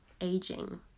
aging